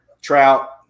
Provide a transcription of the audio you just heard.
trout